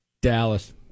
Dallas